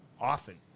Often